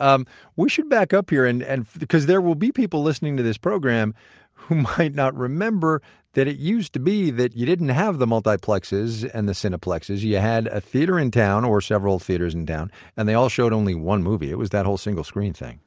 um we should back up here and and because there will be people listening to this program who might not remember that it used to be that you didn't have the multiplexes and the cineplexes you had a theater in town or several theaters and down and they all showed only one movie, it was that whole single screen thing.